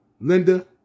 Linda